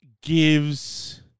gives